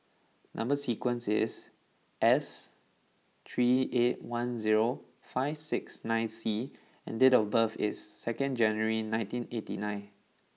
number sequence is S three eight one zero five six nine C and date of birth is second January nineteen eighty nine